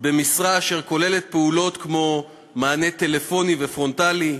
במשרה אשר כוללת פעולות כמו מענה טלפוני ופרונטלי,